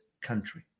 country